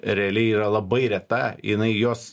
realiai yra labai reta jinai jos